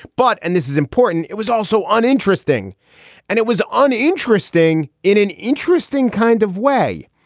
but and this is important. it was also uninteresting and it was uninteresting in an interesting kind of way.